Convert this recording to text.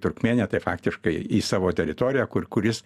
turkmėniją tai faktiškai į savo teritoriją kur kur jis